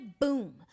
boom